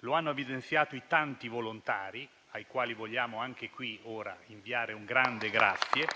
Lo hanno evidenziato i tanti volontari, ai quali vogliamo anche qui, ora, inviare un grande grazie